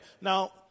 Now